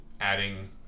adding